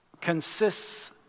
consists